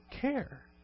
care